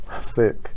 sick